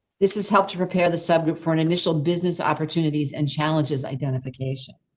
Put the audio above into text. this is helped to prepare the subject for an initial business opportunities and challenges identification.